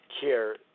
care